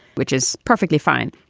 which is perfectly fine.